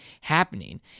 happening